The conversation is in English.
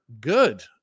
good